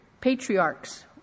patriarchs